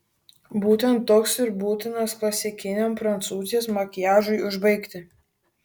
būtent toks ir būtinas klasikiniam prancūzės makiažui užbaigti